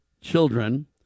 children